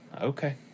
Okay